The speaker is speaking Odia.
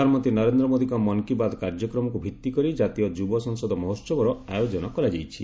ପ୍ରଧାନମନ୍ତ୍ରୀ ନରେନ୍ଦ୍ର ମୋଦୀଙ୍କ ମନ୍ କି ବାତ୍ କାର୍ଯ୍ୟକ୍ରମକୁ ଭିଭି କରି ଜାତୀୟ ଯୁବ ସଂସଦ ମହୋହବର ଆୟୋଜନ କରାଯାଇଛି